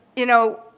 you know,